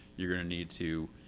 you're gonna need to